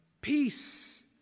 Peace